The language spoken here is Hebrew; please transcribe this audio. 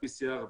PCR,